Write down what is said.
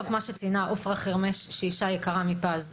עפרה חרמש היא אישה יקרה מפז.